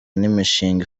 n’imishinga